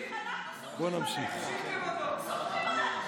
אתה תמשיך, אנחנו סומכים עליך.